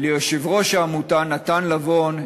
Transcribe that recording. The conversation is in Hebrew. וליושב-ראש העמותה נתן לבון,